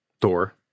Thor